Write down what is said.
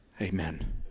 Amen